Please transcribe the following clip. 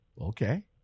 okay